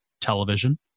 television